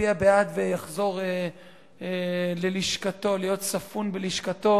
יצביע בעד ויחזור להיות ספון בלשכתו,